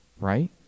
right